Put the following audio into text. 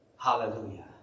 Hallelujah